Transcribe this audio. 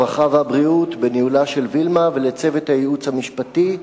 הרווחה והבריאות בניהולה של וילמה ולצוות הייעוץ המשפטי,